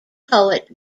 poet